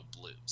blues